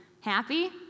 happy